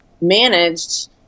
managed